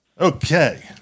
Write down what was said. Okay